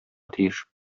тиеш